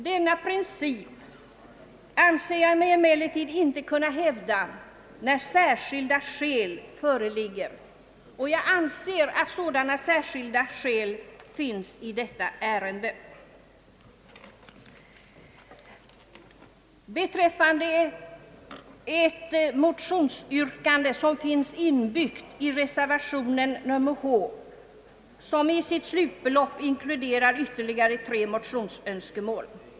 Denna princip anser jag mig emellertid inte kunna hävda när särskilda skäl föreligger, och jag anser sådana särskilda skäl föreligga i detta ärende i ett motionsyrkande som finns inbyggt i reservation 1 som inkluderar i sitt slutbelopp ytterligare tre motionsönskemål.